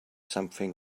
something